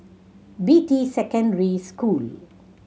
Beatty Secondary School